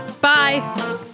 Bye